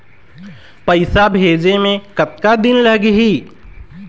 पैसा भेजे मे कतका दिन लगही?